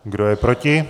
Kdo je proti?